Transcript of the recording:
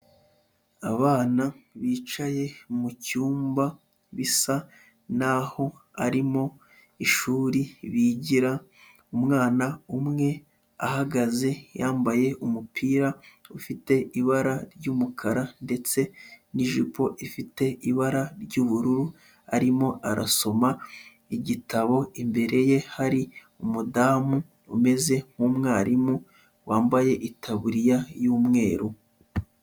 Abana bicaye mu cyumba bisa naho arimo ishuri bigira, umwana umwe ahagaze yambaye umupira ufite ibara ry'umukara ndetse n'ijipo ifite ibara ry'ubururu, arimo arasoma igitabo imbere ye hari umudamu umeze nk'umwarimu wambaye itaburiya y'umweru.